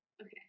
Okay